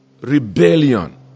rebellion